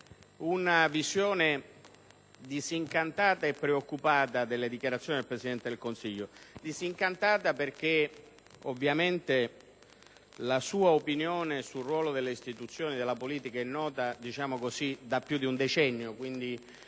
una visione disincantata e preoccupata delle dichiarazioni del Presidente del Consiglio. Disincantata perché ovviamente la sua opinione sul ruolo delle istituzioni e della politica è nota da più di un decennio